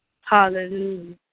Hallelujah